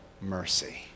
mercy